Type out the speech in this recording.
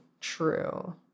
true